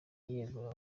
yegura